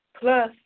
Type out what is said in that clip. Plus